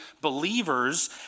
believers